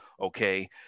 okay